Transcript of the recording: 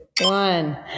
one